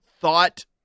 Thought